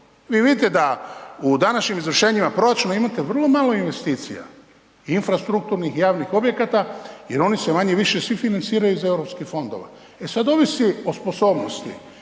Vi vidite da u današnjim izvršenjima proračuna imate vrlo malo investicija, infrastrukturnih javnih objekata jer oni se manje-više svi financiraju iz europskih fondova. E sada ovisi o sposobnosti,